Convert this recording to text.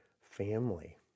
family